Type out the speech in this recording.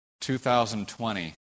2020